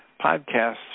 podcasts